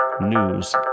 News